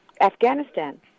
Afghanistan